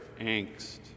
angst